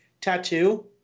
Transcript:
tattoo